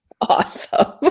Awesome